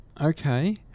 Okay